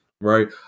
right